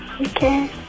Okay